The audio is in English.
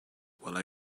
while